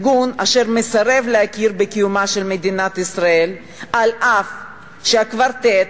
ארגון אשר מסרב להכיר בקיומה של מדינת ישראל אף שהקוורטט